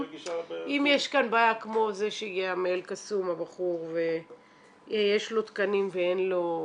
אם יש כאן בעיה כמו זה שהגיע מאל-קאסום ויש לו תקנים ואין לו מקום,